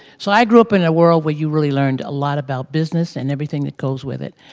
so i grew up in a world where you really learned a lot about business and everything that goes with it.